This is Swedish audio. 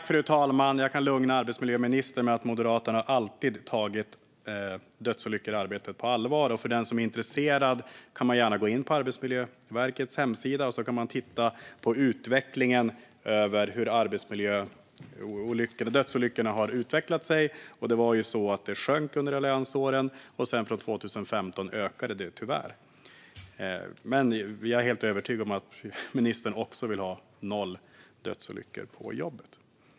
Fru talman! Jag kan lugna arbetsmiljöministern med att Moderaterna alltid har tagit dödsolyckor i arbetet på allvar. Den som är intresserad kan gärna gå in på Arbetsmiljöverkets hemsida och titta på utvecklingen gällande dödsolyckor i arbetsmiljö. Dödsolyckorna sjönk ju under alliansåren, men från 2015 ökar de tyvärr. Jag är dock helt övertygad om att även ministern vill ha noll dödsolyckor på jobbet.